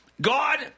God